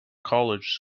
college